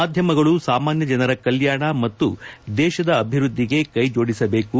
ಮಾದ್ಯಮಗಳು ಸಾಮಾನ್ಯ ಜನರ ಕಲ್ಯಾಣ ಮತ್ತು ದೇಶದ ಅಭಿವೃದ್ಧಿಗೆ ಕೈಜೋಡಿಸಬೇಕು